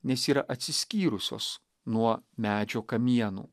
nes yra atsiskyrusios nuo medžio kamienų